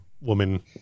woman